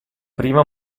prima